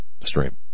stream